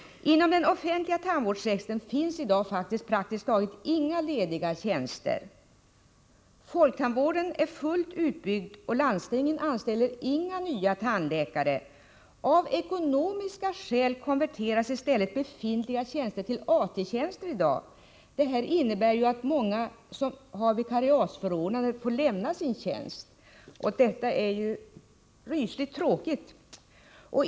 « Inom den offentliga tandvårdssektorn finns i dag praktiskt taget inga lediga tjänster. Folktandvården är fullt utbyggd, och landstingen anställer inga nya tandläkare. Av ekonomiska skäl konverteras i stället befintliga tjänster till AT-tjänster. Detta innebär att många som har vikariatsförordnande måste lämna sin tjänst. Detta är ju rysligt tråkigt.